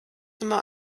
immer